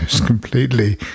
completely